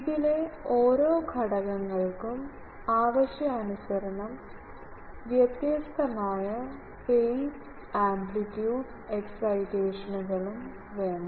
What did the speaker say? ഇതിലെ ഓരോ ഘടകങ്ങൾക്കും ആവശ്യാനുസരണം വ്യത്യസ്തമായ ഫെയ്സ് ആംപ്ലിറ്റ്യൂഡ് എക്സൈറ്റേഷനുകളും വേണം